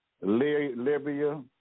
Libya